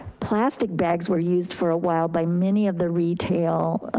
plastic bags were used for a while by many of the retail